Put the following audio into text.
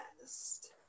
best